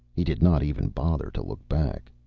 he did not even bother to look back.